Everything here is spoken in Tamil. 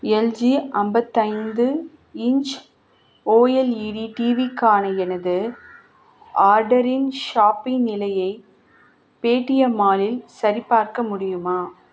எல்ஜி ஐம்பத்தி ஐந்து இன்ச் ஓஎல்இடி டிவிக்கான எனது ஆர்டரின் ஷாப்பிங் நிலையை பேடிஎம் மாலில் சரிபார்க்க முடியுமா